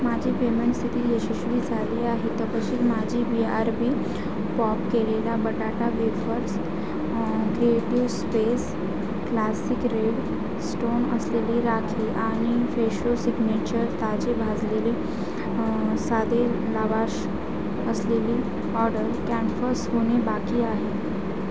माझी पेमेंट स्थिती यशस्वी झाली आहे तथापि माझी बीआरबी पॉप केलेला बटाटा wafers creative space classic red stone असलेली राखी आणि फेशो सिग्नेचर ताजे भाजलेले साधे लावाश असलेली ऑर्डर कॅन्फर्स होणे बाकी आहे